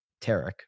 Tarek